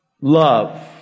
love